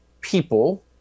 people